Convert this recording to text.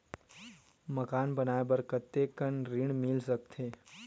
मकान बनाये बर कतेकन ऋण मिल सकथे?